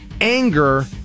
anger